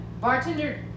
Bartender